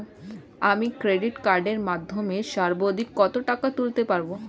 আমি ক্রেডিট কার্ডের মাধ্যমে সর্বাধিক কত টাকা তুলতে পারব?